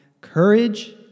courage